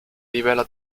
rivela